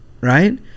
right